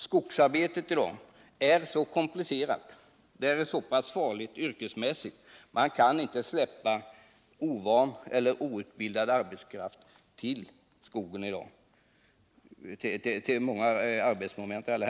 Skogsarbetet är i dag så komplicerat och så farligt att vi inte kan släppa ut ovana eller outbildade till många arbetsmoment i skogen.